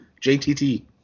JTT